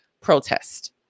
protest